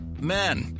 Men